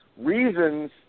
Reasons